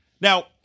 Now